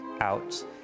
out